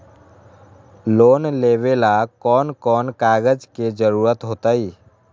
Loan लेवेला कौन कौन कागज के जरूरत होतई?